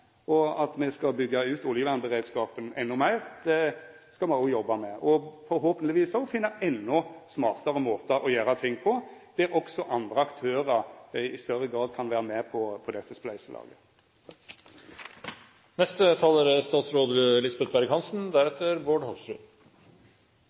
ut oljevernberedskapen endå meir skal me òg jobba med og truleg òg finna endå smartare måtar å gjera ting på, der òg andre aktørar i større grad kan vera med på dette spleiselaget. Det er